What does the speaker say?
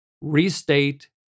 restate